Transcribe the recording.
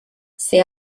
sale